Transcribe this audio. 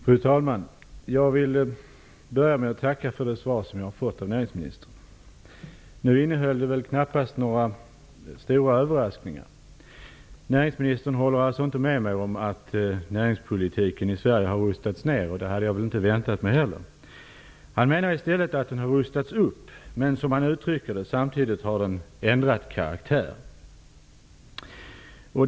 Fru talman! Jag vill börja med att tacka för det svar som jag har fått av näringsministern. Nu innehöll svaret knappast några stora överraskningar. Näringsministern håller alltså inte med mig om att näringspolitiken i Sverige har rustats ned, och det hade jag inte väntat mig heller. Han hävdar i stället att den har rustats upp men att den, som ministern uttrycker det, samtidigt har ändrat karaktär.